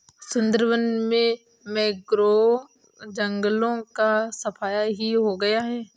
सुंदरबन में मैंग्रोव जंगलों का सफाया ही हो गया है